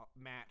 match